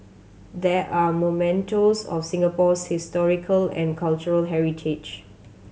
they are mementos of Singapore's historical and cultural heritage